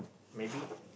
maybe